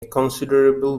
considerable